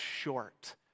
short